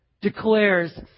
declares